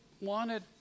wanted